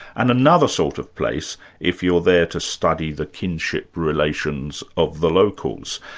and another sort of place if you're there to study the kinship relations of the locals.